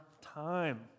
time